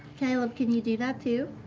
caleb, can you do that, too?